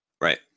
Right